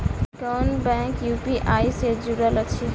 केँ कुन bank UPI सँ जुड़ल अछि?